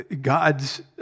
God's